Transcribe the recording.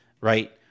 right